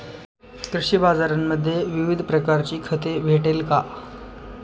कृषी बाजारांमध्ये विविध प्रकारची खते भेटेल का?